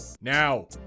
Now